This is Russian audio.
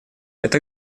это